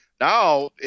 Now